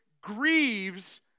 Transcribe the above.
grieves